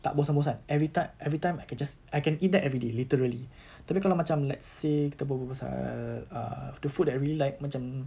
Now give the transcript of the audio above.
tak bosan bosan every time every time I can just I can eat that everyday literally tapi kalau macam let's say kita berbual pasal err the food that really like macam